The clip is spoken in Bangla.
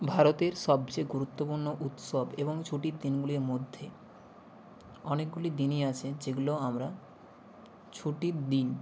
ভারতের সবচেয়ে গুরুত্বপূর্ণ উৎসব এবং ছুটির দিনগুলির মধ্যে অনেকগুলি দিনই আছে যেগুলো আমরা ছুটির দিন